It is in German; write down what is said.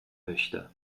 möchte